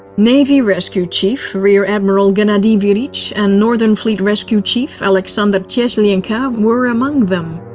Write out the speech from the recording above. navy rescue chief rear admiral gannadiy verich and northern fleet rescue chief alexander teslenko were among them.